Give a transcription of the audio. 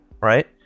Right